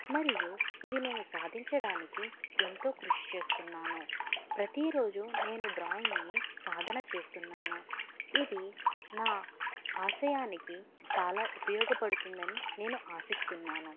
మరియు ఇది నేను సాధించడానికి ఎంతో కృషి చేస్తున్నాను ప్రతీరోజు నేను డ్రాయింగ్ని సాధన చేస్తున్నాను ఇది నా ఆశయానికి చాలా ఉపయోగపడుతుందని నేను ఆశిస్తున్నాను